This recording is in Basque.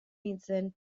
nintzen